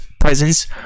presents